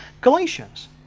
Galatians